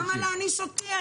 למה להעניש אותי?